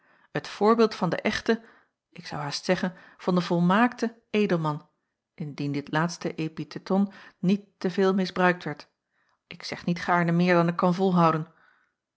het voorbeeld van den echten ik zou haast zeggen van den volmaakten edelman indien dit laatste epitheton niet te veel misbruikt werd ik zeg niet gaarne meer dan ik kan volhouden